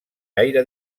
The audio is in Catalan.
gaire